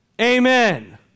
Amen